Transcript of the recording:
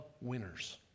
winners